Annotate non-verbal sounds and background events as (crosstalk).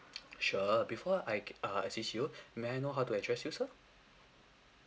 (noise) sure before I ah assist you may I know how do I address you sir